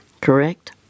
correct